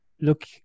look